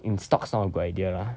in stocks not a good idea lah